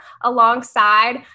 alongside